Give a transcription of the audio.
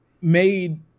made